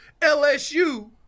LSU